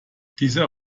dieser